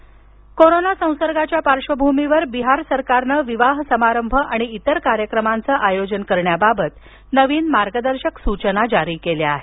बिहार सचना कोरोना संसर्गाच्या पार्बभूमीवर बिहार सरकारन विवाह समारंभ आणि इतर कार्यक्रमांच आयोजन करण्याबाबत नवीन मार्गदर्शक सूचना जरी केल्या आहेत